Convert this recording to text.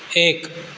एक